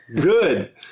good